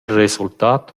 resultat